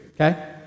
okay